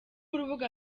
urubuga